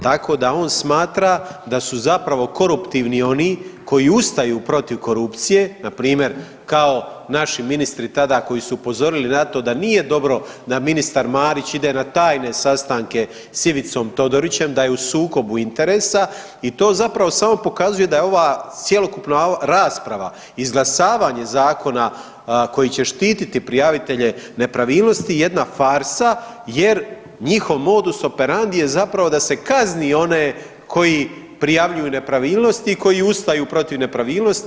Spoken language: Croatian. Tako da on smatra da su zapravo koruptivni oni koji ustaju protiv korupcije npr. kao naši ministri tada koji su upozorili na to da nije dobro da ministar Marić ide na tajne sastanke s Ivicom Todorićem, da je u sukobu interesa i to zapravo samo pokazuje da je ova cjelokupna rasprava izglasavanje zakona koji će štititi prijavitelje nepravilnosti jedna farsa jer njihov modus operandi je zapravo da se kazni one koji prijavljuju nepravilnosti i koji ustaju protiv nepravilnosti.